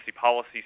policy